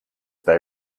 they